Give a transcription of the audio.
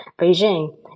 Beijing